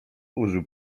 użył